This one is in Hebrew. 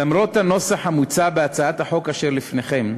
למרות הנוסח המוצע בהצעת החוק אשר לפניכם,